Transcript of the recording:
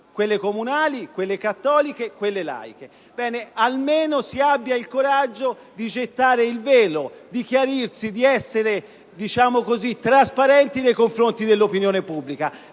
quelle comunali, a quelle cattoliche e a quelle laiche). Ebbene, almeno si abbia il coraggio di gettare il velo, di chiarirsi e di essere trasparenti - diciamo così - nei confronti dell'opinione pubblica.